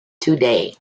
today